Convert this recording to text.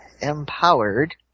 empowered